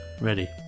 Ready